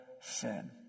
sin